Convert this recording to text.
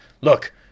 look